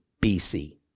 BC